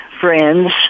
friends